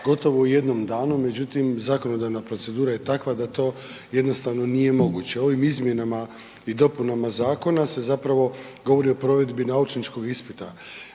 gotovo u jednom danu, međutim, zakonodavna procedura je takva da to jednostavno nije moguće. Ovim izmjenama i dopunama zakona se zapravo govori o provedbi naučničkog ispita.